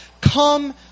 come